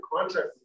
contract